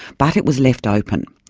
but it was left open,